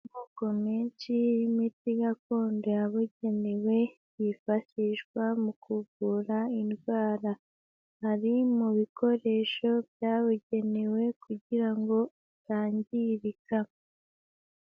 Amoko menshi y'imiti gakondo yabugenewe yifashishwa mu kuvura indwara, ari mu bikoresho byabugenewe kugira ngo itangirika